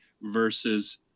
versus